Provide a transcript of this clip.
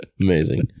Amazing